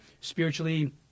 spiritually